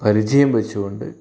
പരിചയം വെച്ചുകൊണ്ട്